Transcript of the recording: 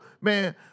man